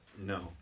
No